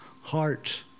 heart